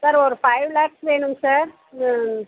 sir ஒரு five lakhs வேணுங்க sir ம்